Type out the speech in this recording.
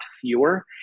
fewer